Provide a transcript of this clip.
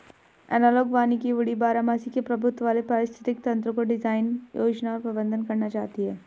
analogue वानिकी woody बारहमासी के प्रभुत्व वाले पारिस्थितिक तंत्रको डिजाइन, योजना और प्रबंधन करना चाहती है